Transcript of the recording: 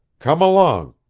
come along.